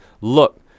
look